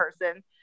person